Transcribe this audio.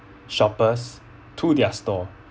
shoppers to their store